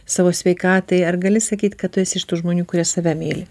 savo sveikatai ar gali sakyt kad tu esi iš tų žmonių kurie save myli